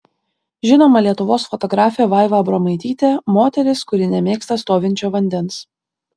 žinoma lietuvos fotografė vaiva abromaitytė moteris kuri nemėgsta stovinčio vandens